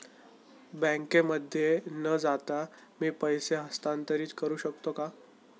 बँकेमध्ये न जाता मी पैसे हस्तांतरित करू शकतो का?